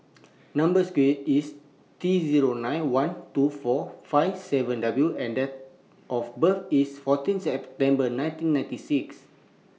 Number Square IS T Zero nine one two four five seven W and Date of birth IS fourteen September nineteen ninety six